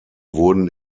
wurden